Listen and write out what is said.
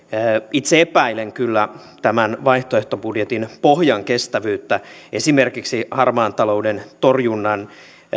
itse epäilen kyllä tämän vaihtoehtobudjetin pohjan kestävyyttä että esimerkiksi harmaan talouden torjunnan